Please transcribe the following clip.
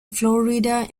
florida